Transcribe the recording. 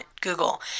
google